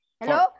hello